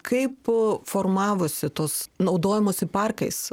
kaip formavosi tos naudojimosi parkais